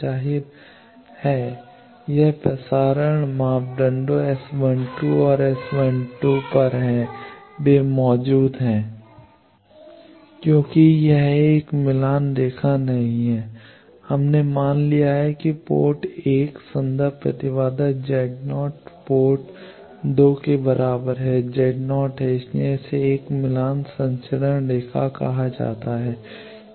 जाहिर है यह प्रसारण मापदंडों S12 और S12 पर है वे मौजूद हैं क्योंकि यह एक मिलान रेखा नहीं है हमने मान लिया है कि पोर्ट 1 संदर्भ प्रतिबाधा Z 0 पोर्ट 2 के बराबर Z 0 है इसलिए इसे एक मिलान संचरण रेखाकहा जाता है